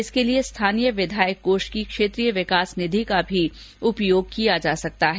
इसके लिए स्थानीय विधायक कोष की क्षेत्रीय विकास निधि का भी उपयोग किया जा सकता है